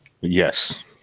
Yes